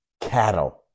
cattle